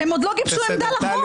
הם עוד לא גיבשו עמדה על החוק.